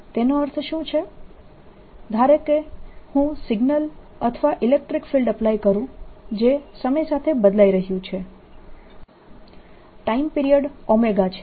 તેનો અર્થ શું છે ધારો કે હું સિગ્નલ અથવા ઇલેક્ટ્રીક ફિલ્ડ એપ્લાય કરું જે સમય બદલાઇ રહ્યું છે ટાઈમ પીરિયડ છે